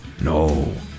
No